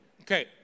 okay